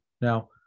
Now